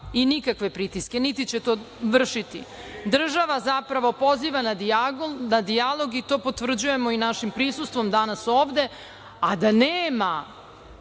nikakve pritiske, niti će to vršiti. Država zapravo poziva na dijalog i to potvrđujemo i našim prisustvom danas ovde, a da nema